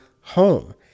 home